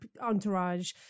entourage